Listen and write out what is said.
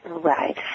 right